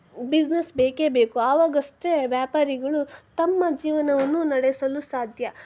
business ಬೇಕೇ ಬೇಕು ಆವಾಗಷ್ಟೇ ವ್ಯಾಪಾರಿಗಳು ತಮ್ಮ ಜೀವನವನ್ನು ನಡೆಸಲು ಸಾಧ್ಯ